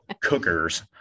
cookers